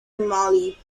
molly